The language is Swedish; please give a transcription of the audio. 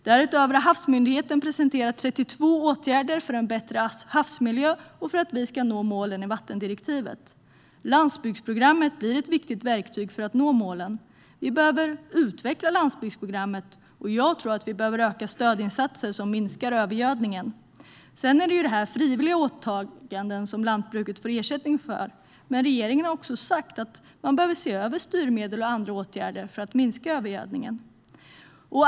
Därutöver har Havs och vattenmyndigheten presenterat 32 åtgärder för en bättre havsmiljö och för att vi ska nå målen i vattendirektivet. Landsbygdsprogrammet blir ett viktigt verktyg för att nå målen. Vi behöver utveckla landsbygdsprogrammet, och jag tror att vi behöver öka stödinsatser som minskar övergödningen. Sedan är ju detta frivilliga åtaganden som lantbruket får ersättning för. Men regeringen har sagt att man behöver se över styrmedel och andra åtgärder för att minska övergödningen.